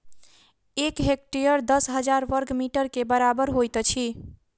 एक हेक्टेयर दस हजार बर्ग मीटर के बराबर होइत अछि